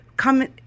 come